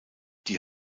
die